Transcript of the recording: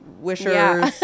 wishers